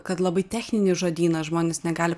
kad labai techninį žodyną žmonės negali